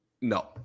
No